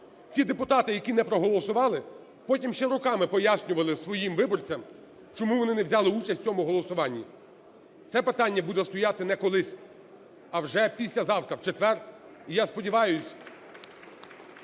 ті депутати, які не проголосували, потім ще роками пояснювали своїм виборцям, чому вони не взяли участь в цьому голосуванні. Це питання буде стояти не колись, а вже післязавтра, в четвер,